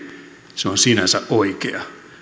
se on sinänsä oikea